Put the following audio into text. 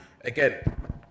again